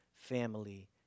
family